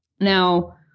now